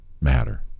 matter